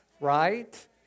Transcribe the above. Right